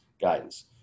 guidance